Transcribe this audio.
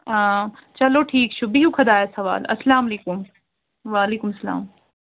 آ چلو ٹھیٖک چھُ بِہِو خۄدایَس حوال اسلام علیکُم وعلیکُم سلام